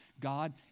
God